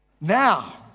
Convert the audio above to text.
Now